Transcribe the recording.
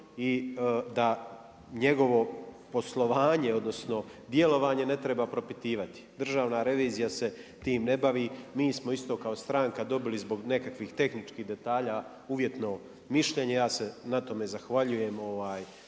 i da njegovo poslovanje odnosno djelovanje ne treba propitivati. Državna revizija se tim ne bavi, mi smo isto kao stranka dobili zbog nekakvih tehničkih detalja uvjetno mišljenje, ja se na tom zahvaljujem